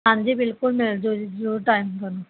ਹਾਂਜੀ ਬਿਲਕੁਲ ਮਿਲਜੂ ਜੀ ਜ਼ਰੁਰ ਟਾਈਮ ਤੁਹਾਨੂੰ